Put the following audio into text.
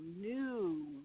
new